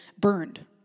burned